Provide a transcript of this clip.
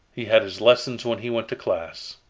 he had his lessons when he went to class.